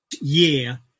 year